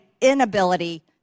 inability